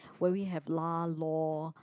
where we have lah lor